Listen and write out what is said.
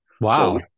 Wow